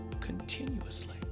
continuously